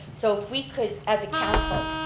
so if we could as a council,